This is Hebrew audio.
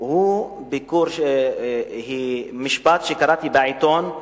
הוא משפט שקראתי בעיתון: